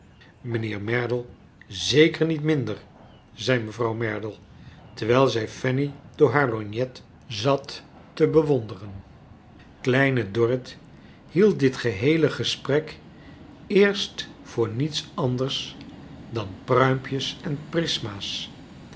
mijnheer merdle zeker niet minder zei mevrouw merdle terwijl zij fanny door haar lorgnet zat te bewonderen kleine dorrit hield dit geheele gesprek eerst voor niets anders dan pruimpjes en prisma's